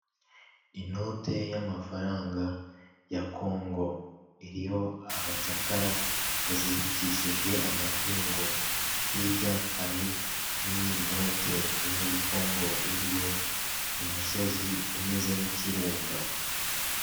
Inote y'amafaranga ya Kongo, iriho abacakara bazirikishijwe amapingu, hirya hari n'iyindi note yo muri Kongo, iriho umusozi umeze nk'ikirunga.